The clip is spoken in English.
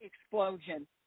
explosion